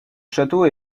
château